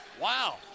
wow